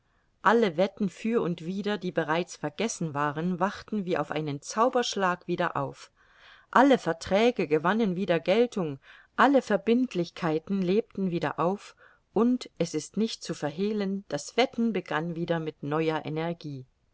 alle wetten für und wider die bereits vergessen waren wachten wie auf einen zauberschlag wieder auf alle verträge gewannen wieder geltung alle verbindlichkeiten lebten wieder auf und es ist nicht zu verhehlen das wetten begann wieder mit neuer energie